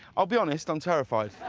i'll be honest. i'm terrified.